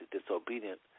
disobedient